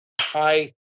Hi